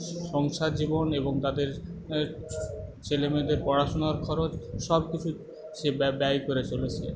সংসার জীবন এবং তাদের ছেলেমেয়েদের পড়াশোনার খরচ সব কিছু সে ব্যয় করে চলেছে